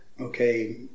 okay